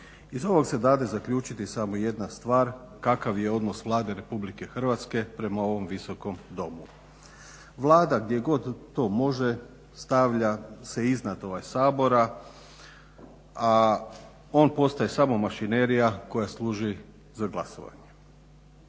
Iz ovog se dade zaključiti samo jedna stvar kakav je odnos Vlade RH prema ovom Visokom domu. Vlada gdje god to može stavlja se iznad Sabora, a on postaje samo mašinerija koja služi za glasovanje.